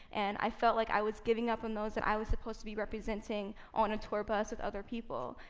and i felt like i was giving up on those that i was supposed to be representing on a tour bus with other people.